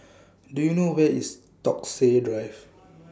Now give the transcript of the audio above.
Do YOU know Where IS Stokesay Drive